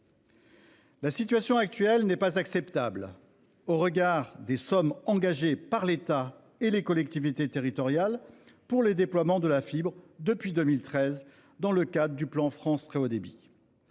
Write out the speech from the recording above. La situation actuelle n'est pas acceptable au regard des sommes engagées par l'État et les collectivités territoriales pour le déploiement de la fibre depuis 2013 dans le cadre du plan France Très Haut Débit